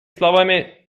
словами